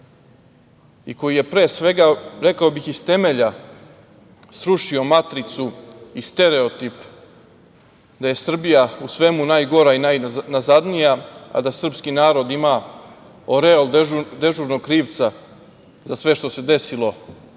i koji je pre svega, rekao bih, iz temelja srušio matricu i stereotip da je Srbija u svemu najgora i najnazadnija, a da srpski narod ima oreol dežurnog krivca, za sve što se desilo u